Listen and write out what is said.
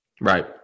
Right